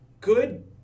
good